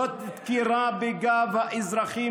זאת דקירה בגב האזרחים,